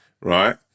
right